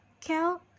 Kel